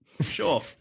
Sure